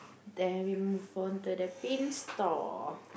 then we move on to the pin stall